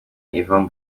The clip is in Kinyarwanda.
yvan